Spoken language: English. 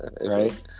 right